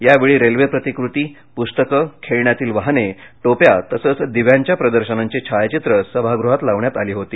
यावेळी रेल्वे प्रतिकृती पुस्तक खेळण्यातील वाहने टोप्या तसेच दिव्यांच्या प्रदर्शनांची छायाचित्र सभागृहात लावण्यात आली होती